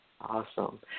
Awesome